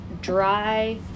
dry